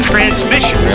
Transmission